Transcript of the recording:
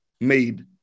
made